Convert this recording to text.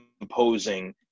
imposing